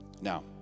Now